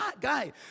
guy